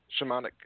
shamanic